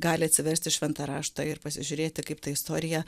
gali atsiversti šventą raštą ir pasižiūrėti kaip ta istorija